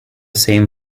same